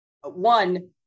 one